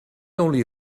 only